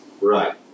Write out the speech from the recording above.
Right